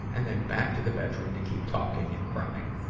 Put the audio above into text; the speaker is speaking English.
and then back to the bedroom to keep talking and crying.